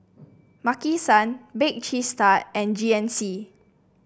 Maki San Bake Cheese Tart and G N C